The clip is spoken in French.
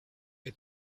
est